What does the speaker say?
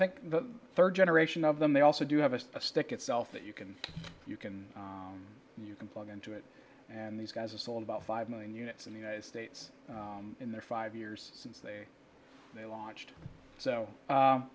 think the third generation of them they also do have a stick itself that you can you can you can plug into it and these guys are sold about five million units in the united states in their five years since they they launched so